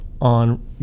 on